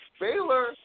Baylor